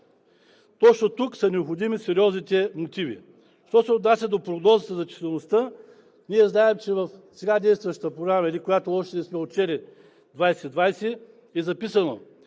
Точно тук са необходими сериозните мотиви. А що се отнася до прогнозата за числеността, ние не знаем, че в сега действащата програма, или която още не сме отчели – 2020, е записано: